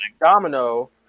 domino